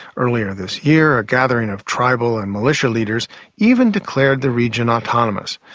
earlier this year a gathering of tribal and militia leaders even declared the region autonomous.